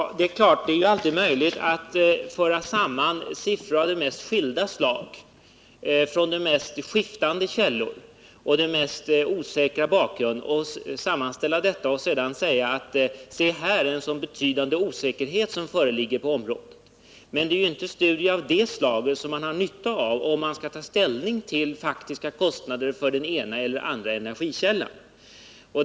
Ja, det är klart att det alltid är möjligt att föra samman siffror av de mest skilda slag och från de mest skiftande källor och med den mest osäkra bakgrund, att sammanställa detta siffermaterial och sedan säga: Se här vilken betydande osäkerhet som föreligger på området! Men det är ju inte studier av det slaget som man har nytta av, om man skall ta ställning till faktiska kostnader för den ena eller den andra energikällan.